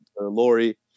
Lori